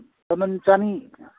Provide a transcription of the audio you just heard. ꯃꯃꯟ ꯆꯅꯤ